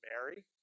Mary